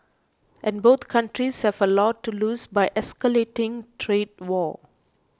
and both countries have a lot to lose by escalating trade war